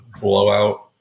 blowout